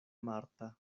marta